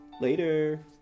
Later